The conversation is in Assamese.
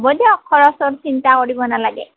হ'ব দিয়ক খৰচৰ চিন্তা কৰিব নালাগে